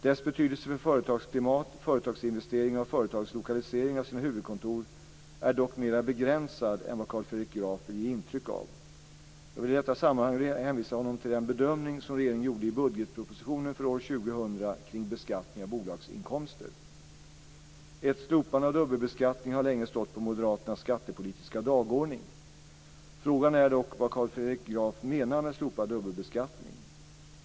Dess betydelse för företagsklimat, företagsinvesteringar och företagens lokalisering av sina huvudkontor är dock mer begränsad än vad Carl Fredrik Graf vill ge intryck av. Jag vill i detta sammanhang hänvisa honom till den bedömning som regeringen gjorde i budgetpropositionen för år 2000 kring beskattning av bolagsinkomster. Ett slopande av dubbelbeskattningen har länge stått på moderaternas skattepolitiska dagordning. Frågan är dock vad Carl Fredrik Graf menar med slopad dubbelbeskattning.